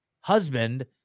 husband